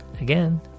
Again